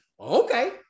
okay